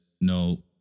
no